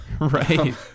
Right